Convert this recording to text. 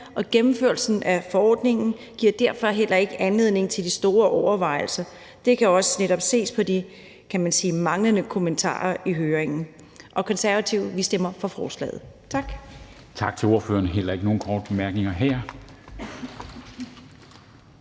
og gennemførelsen af forordningen giver derfor heller ikke anledning til de store overvejelser. Det kan også netop ses på de, kan man sige, manglende kommentarer fra høringen. Og vi Konservative stemmer for forslaget. Tak.